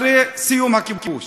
אחרי סיום הכיבוש.